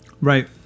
Right